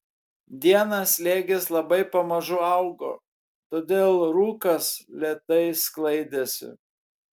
dieną slėgis labai pamažu augo todėl rūkas lėtai sklaidėsi